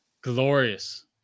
glorious